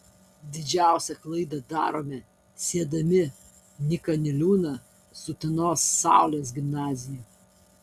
didžiausią klaidą darome siedami nyką niliūną su utenos saulės gimnazija